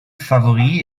favori